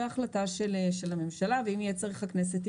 החלטה של הממשלה ואם יהיה צריך של הכנסת.